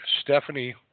Stephanie